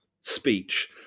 speech